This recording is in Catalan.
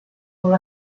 molt